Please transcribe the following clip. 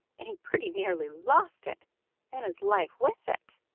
and he pretty nearly lost it and his life with it.